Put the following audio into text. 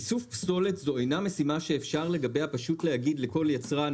שאיסוף פסולת הוא אינה משימה שאפשר להגיד לכל יצרן